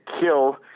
kill